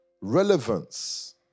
relevance